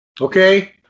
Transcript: okay